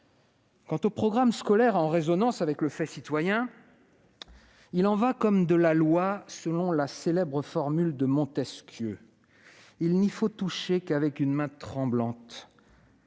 Quant aux programmes scolaires en résonance avec le fait citoyen, il en va comme de la loi, selon la célèbre formule de Montesquieu :« Il n'y faut toucher que d'une main tremblante.